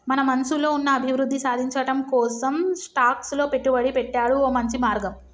మన మనసులో ఉన్న అభివృద్ధి సాధించటం కోసం స్టాక్స్ లో పెట్టుబడి పెట్టాడు ఓ మంచి మార్గం